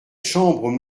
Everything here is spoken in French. chambre